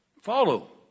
follow